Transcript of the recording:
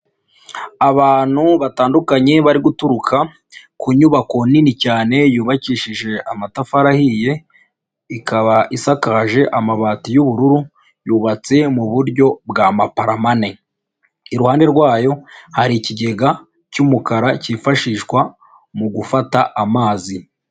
Abantu batandukanye bari guturuka, ku nyubako nini cyane yubakishije amatafari ahiye. Ikaba isakaje amabati y'ubururu yubatse mu buryo bwa maparamane. Iruhande rwayo hari ikigega, cy'umukara, cyifashishwa, mu gufata amazi.